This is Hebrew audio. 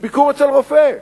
ביקור אצל רופא,